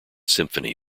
symphony